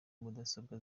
mudasobwa